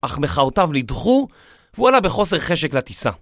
אך מחאותיו לידחו, ווואלה בחוסר חשק לתיסה.